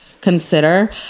consider